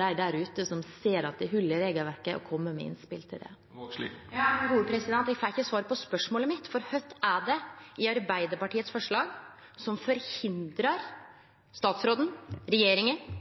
dem der ute som ser at det er hull i regelverket, muligheten til å komme med innspill til det. Men eg fekk ikkje svar på spørsmålet mitt, for kva er det i forslaget frå Arbeidarpartiet som